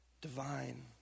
divine